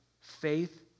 faith